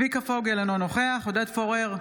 צביקה פוגל, אינו נוכח עודד פורר,